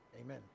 Amen